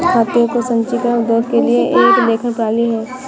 खाते का संचीकरण उद्योगों के लिए एक लेखन प्रणाली है